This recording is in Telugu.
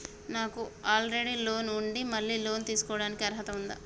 నాకు ఆల్రెడీ లోన్ ఉండి మళ్ళీ లోన్ తీసుకోవడానికి అర్హత ఉందా?